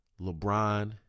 LeBron